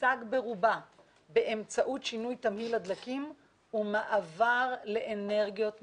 שתושג באמצעות שינוי תמהיל הדלקים ומעבר לאנרגיות מתחדשות.